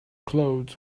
clothes